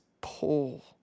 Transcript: pull